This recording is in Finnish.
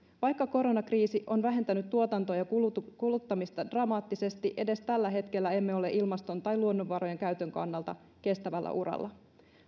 vaikka koronakriisi on vähentänyt tuotantoa ja kuluttamista kuluttamista dramaattisesti edes tällä hetkellä emme ole ilmaston tai luonnonvarojen käytön kannalta kestävällä uralla